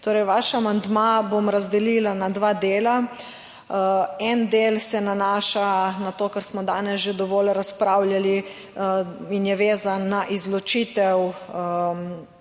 Torej vaš amandma bom razdelila na dva dela. En del se nanaša na to, kar smo danes že dovolj razpravljali in je vezan na izločitev